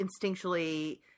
instinctually